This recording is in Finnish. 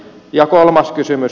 ja kolmas kysymys